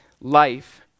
life